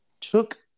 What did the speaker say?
took